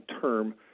term